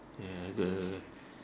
ya good